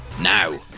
now